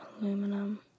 Aluminum